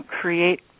create